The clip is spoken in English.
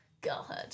girlhood